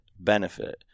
benefit